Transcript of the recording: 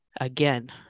again